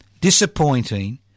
Disappointing